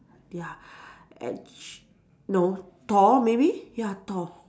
ya and ch~ no Thor maybe ya Thor